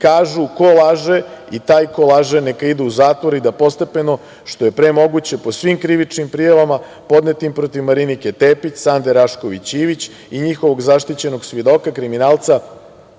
kažu ko laže i taj ko laže neka ide u zatvor i da postepeno što je pre moguće po svim krivičnim prijavama podnetim protiv Marinike Tepić, Sande Rašković Ivić i njihovog zaštićenog svedoka, kriminalca,